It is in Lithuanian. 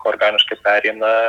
organiškai pereina